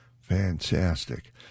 Fantastic